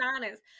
honest